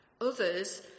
Others